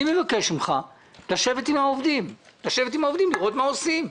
אני מבקש ממך לשבת עם העובדים ולראות מה עושים.